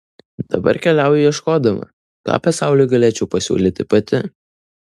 dabar keliauju ieškodama ką pasauliui galėčiau pasiūlyti pati